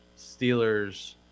Steelers